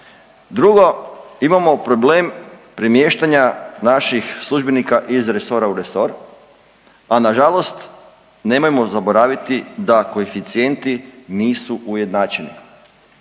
Drugo, imamo problem premještanja naših službenika iz resora u resor, a nažalost nemojmo zaboraviti da koeficijenti nisu ujednačeni.